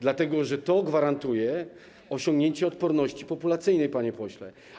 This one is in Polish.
Dlatego że to gwarantuje osiągnięcie odporności populacyjnej, panie pośle.